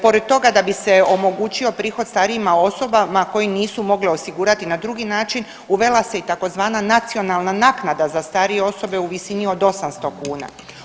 Pored toga da bi se omogućio prihod starijim osobama koji nisu mogle osigurati na drugi način, uvela se i takozvana nacionalna naknada za starije osobe u visini od 800 kuna.